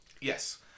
Yes